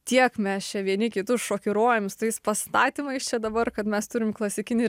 tiek mes čia vieni kitus šokiruojam su tais pastatymais čia dabar kad mes turim klasikinį